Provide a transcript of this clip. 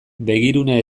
begirune